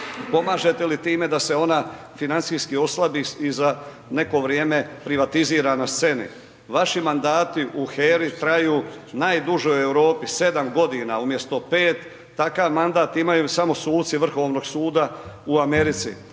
pomažete li time, da se ona financijski oslabi i za neko vrijeme privatizira na sceni. Vašim mandati u HERA-i traju najduže u Europi, 7 g. umjesto 5, takav mandat imaju samo suci Vrhovnog suda u Americi.